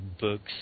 books